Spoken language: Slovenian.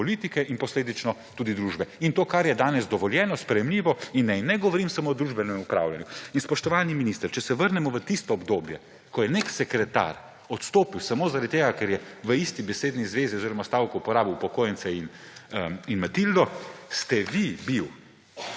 politike in posledično tudi družbe in tega, kar je danes dovoljeno, sprejemljivo, in ne govorim samo o družbenem upravljanju. Spoštovani minister, če se vrnemo v tisto obdobje, ko je nek sekretar odstopil samo zaradi tega, ker je v isti besedni zvezi oziroma stavku uporabil upokojence in matildo, ste bili